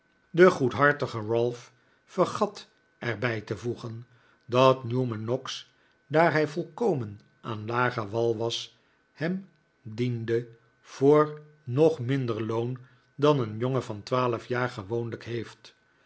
de goedhartige ralph vergat er bij te voegen dat newman noggs daar hij volkomen aan lager wal was hem diende voor nog minder loon dan een jongen van twaalf jaar gewoonlijk heeft